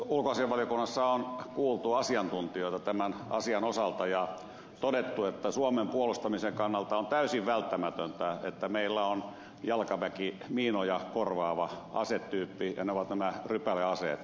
ulkoasiainvaliokunnassa on kuultu asiantuntijoita tämän asian osalta ja todettu että suomen puolustamisen kannalta on täysin välttämätöntä että meillä on jalkaväkimiinoja korvaava asetyyppi ja ne ovat nämä rypäleaseet